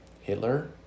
Hitler